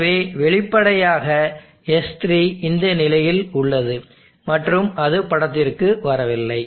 எனவே வெளிப்படையாக S3 இந்த நிலையில் உள்ளது மற்றும் அது படத்திற்கு வரவில்லை